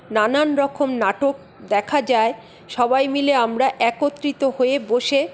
নানান রকম নাটক দেখা যায় সবাই মিলে আমরা একত্রিত হয়ে বসে